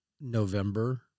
November